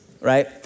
right